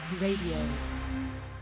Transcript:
Radio